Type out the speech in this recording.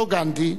אותו גנדי,